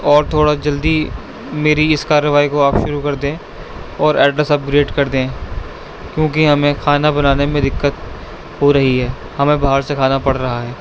اور تھوڑا جلدی میری اس کارروائی کو آپ شروع کر دیں اور ایڈریس اپگریٹ کر دیں کیونکہ ہمیں کھانا بنانے میں دقت ہو رہی ہے ہمیں باہر سے کھانا پڑ رہا ہے